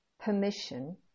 permission